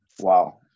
Wow